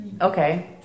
Okay